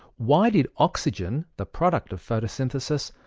why did oxygen, the product of photosynthesis,